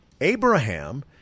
Abraham